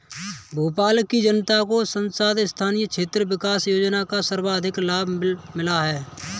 भोपाल की जनता को सांसद स्थानीय क्षेत्र विकास योजना का सर्वाधिक लाभ मिला है